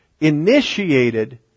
Initiated